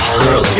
girl